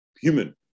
human